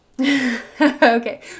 okay